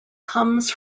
comes